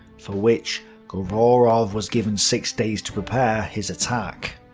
for which govorov was given six days to prepare his attack.